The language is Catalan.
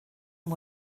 amb